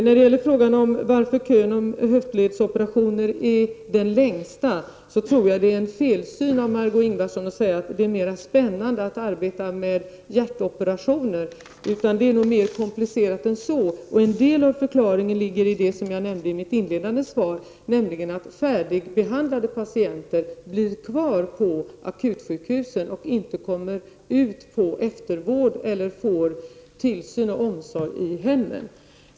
När det gäller frågan om varför kön till höftledsoperationer är den längsta, tror jag att det är en felsyn av Margö Ingvardsson att säga att det är mera spännande att arbeta med hjärtoperationer. Det är nog mera komplicerat än så. En del av förklaringen ligger i det som jag nämnde i mitt inledande svar, nämligen att färdigbehandlade patienter blir kvar på akutsjukhusen. De kommer inte ut på eftervård eller får tillsyn och omsorg i hemmet.